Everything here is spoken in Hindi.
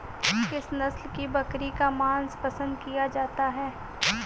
किस नस्ल की बकरी का मांस पसंद किया जाता है?